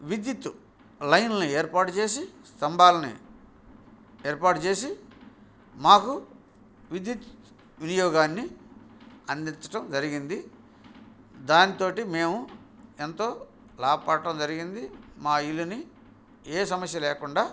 విద్యుత్ లైన్లు ఏర్పాటు చేసి స్తంభాల్ని ఏర్పాటు చేసి మాకు విద్యుత్ వినియోగాన్ని అందించటం జరిగింది దాంతోటి మేము ఎంతో లాబ్పడటం జరిగింది మా ఇల్లుని ఏ సమస్య లేకుండా